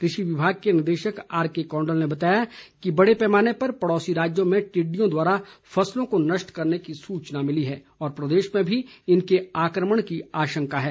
कृषि विभाग के निदेशक आरके कौंडल ने बताया कि बड़े पैमाने पर पड़ौसी राज्यों में टिड्डियों द्वारा फसलों को नष्ट करने की सूचना मिली है और प्रदेश में भी इनके आक्रमण की आशंका है